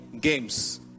games